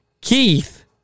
Keith